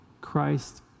Christ